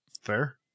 Fair